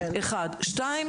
שני,